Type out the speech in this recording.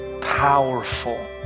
powerful